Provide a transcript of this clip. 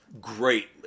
Great